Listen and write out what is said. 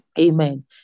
amen